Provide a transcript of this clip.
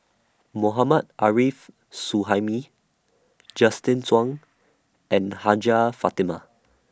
Mohammad Arif Suhaimi Justin Zhuang and Hajjah Fatimah